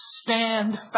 stand